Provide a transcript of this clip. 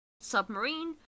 submarine